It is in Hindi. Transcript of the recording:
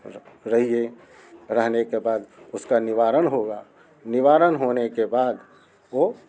रहिए रहने के बाद उसका निवारण होगा निवारण होने के बाद वो